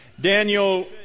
Daniel